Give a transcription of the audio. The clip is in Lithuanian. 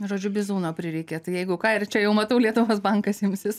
na žodžiu bizūno prireikė tai jeigu ką ir čia jau matau lietuvos bankas imsis